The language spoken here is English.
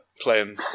playing